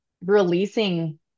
releasing